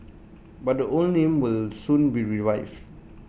but the old name will soon be revived